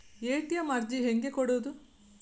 ATM ಅರ್ಜಿ ಹೆಂಗೆ ಕೊಡುವುದು?